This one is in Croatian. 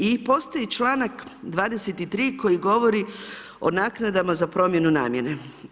I postoji članak 23. koji govori o naknadama za promjenu namjene.